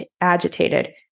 agitated